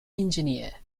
engineer